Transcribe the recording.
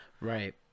Right